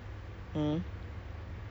then you have to like